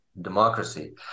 democracy